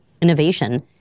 innovation